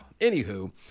Anywho